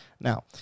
Now